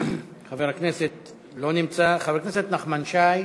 חבר הכנסת לא נמצא, חבר הכנסת נחמן שי,